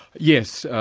yes,